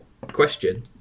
question